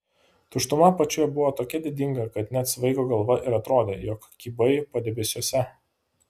tuštuma apačioje buvo tokia didinga kad net svaigo galva ir atrodė jog kybai padebesiuose